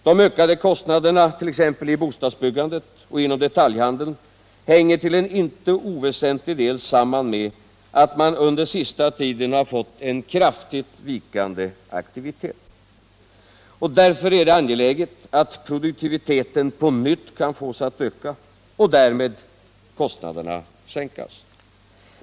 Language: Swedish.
De ökade kostnaderna i t.ex. bostadsbyggandet och inom detaljhandeln sammanhänger till en inte oväsentlig del med att man under den sista tiden har fått en kraftigt vikande aktivitet. Därför är det angeläget att produktiviteten på nytt kan fås att öka och därmed kostnaderna sänkas.